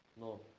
no